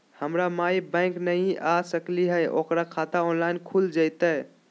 हमर माई बैंक नई आ सकली हई, ओकर खाता ऑनलाइन खुल जयतई?